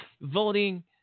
voting